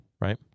right